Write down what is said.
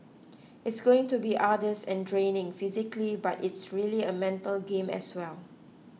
it's going to be arduous and draining physically but it's really a mental game as well